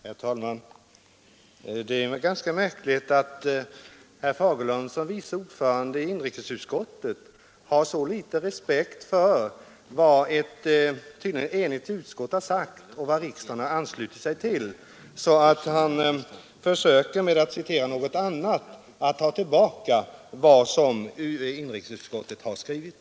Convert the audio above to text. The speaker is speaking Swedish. Herr talman! Det är ganska märkligt att herr Fagerlund, som är vice ordförande i inrikesutskottet, har så liten respekt för vad ett tydligen enigt utskott har sagt och som riksdagen har anslutit sig till att han försöker citera något annat för att ta tillbaka vad inrikesutskottet har skrivit.